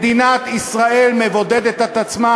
מדינת ישראל מבודדת את עצמה